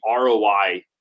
ROI